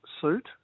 suit